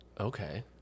Okay